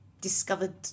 discovered